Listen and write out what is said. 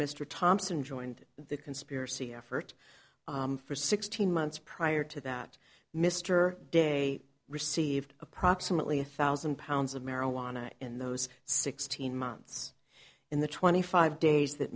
mr thompson joined the conspiracy effort for sixteen months prior to that mr de received approximately a thousand pounds of marijuana in those sixteen months in the twenty five days that